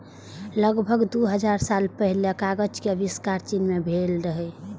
लगभग दू हजार साल पहिने कागज के आविष्कार चीन मे भेल रहै